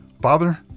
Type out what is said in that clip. Father